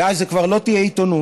ואז זו כבר לא תהיה עיתונות